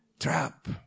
Trap